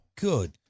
Good